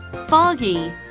foggy